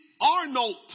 Arnold